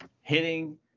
hitting